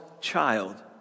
child